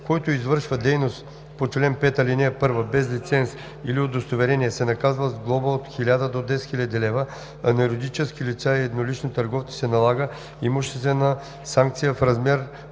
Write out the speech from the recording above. Който извършва дейност по чл. 5, ал. 1 без лиценз или удостоверение, се наказва с глоба от 1000 до 10 000 лв., а на юридически лица и еднолични търговци се налага имуществена санкция в размер